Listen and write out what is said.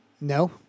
No